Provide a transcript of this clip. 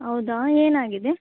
ಹೌದ ಏನಾಗಿದೆ